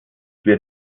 wird